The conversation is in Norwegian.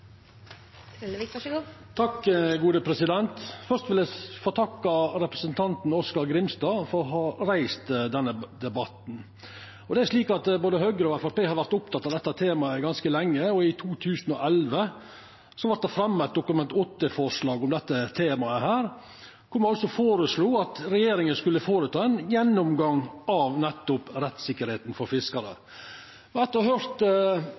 fiskerne, i så måte. Først vil eg få takka representanten Oskar Grimstad for å ha reist denne debatten. Både Høgre og Framstegspartiet har vore opptekne av dette temaet ganske lenge, og i 2011 vart det fremja eit Dokument 8-forslag om dette temaet, der ein foreslo at regjeringa skulle føreta ein gjennomgang av nettopp rettssikkerheita for fiskarar. Etter å ha høyrt